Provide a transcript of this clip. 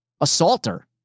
assaulter